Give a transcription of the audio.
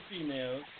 females